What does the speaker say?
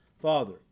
Father